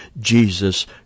Jesus